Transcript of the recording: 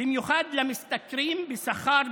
במיוחד למשתכרים בשכר מינימום,